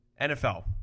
NFL